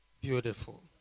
Beautiful